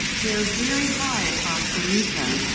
they're very high across the region.